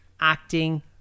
acting